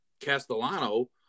Castellano